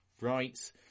right